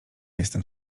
jestem